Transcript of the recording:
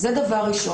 מצד שני,